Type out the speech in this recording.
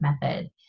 method